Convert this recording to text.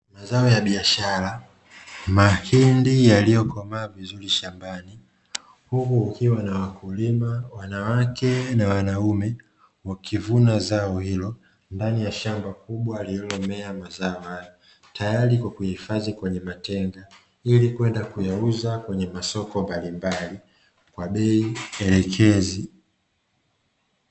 Zao la biashara, mahindi yalilokomaa vizuri shambani , huku kukiwa na wakulima wanawake na wanaume wakivuna zao hilo, ndani ya shambaya shamba kubwa lililomea mazao hayo tayari kwa kuhifadhi kwenye matenga , ili kwenda kuuza kwenye masoko mbalimbali kwa bei elekezi.